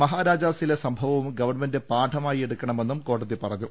മഹാരാജാസിലെ സംഭവവും ഗവൺമെന്റ് പാഠമായി എടുക്കണമെന്നും കോടതി പറഞ്ഞു